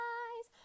eyes